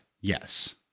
yes